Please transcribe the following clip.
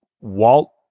Walt